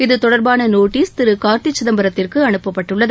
இது தொடர்பான நோட்டீஸ் திரு கார்த்தி சிதம்பரத்திற்கு அனுப்பப்பட்டுள்ளது